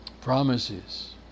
Promises